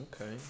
Okay